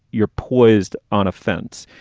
you're poised on a fence.